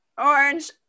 Orange